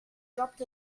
dropped